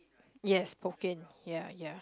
yes Hokkien ya ya